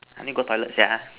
I need go toilet sia